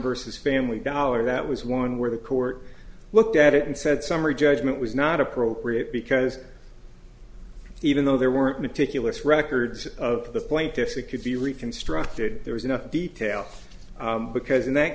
versus family dollar that was one where the court looked at it and said summary judgment was not appropriate because even though there weren't meticulous records of the plaintiffs it could be reconstructed there was enough detail because in that